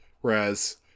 whereas